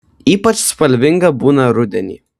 ypač spalvinga būna rudenį